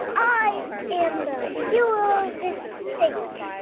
i am the hero of this state.